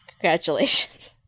Congratulations